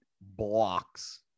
blocks